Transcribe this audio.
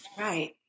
Right